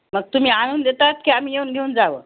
मग तुम्ही आणून देतात की आम्ही येऊन घेऊन जावं